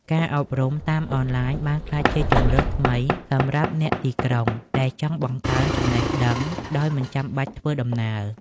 ការអប់រំតាមអនឡាញ បានក្លាយជាជម្រើសថ្មីសម្រាប់អ្នកទីក្រុងដែលចង់បង្កើនចំណេះដឹងដោយមិនចាំបាច់ធ្វើដំណើរ។